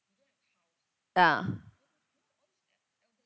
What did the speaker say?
ah